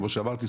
כמו שאמרתי,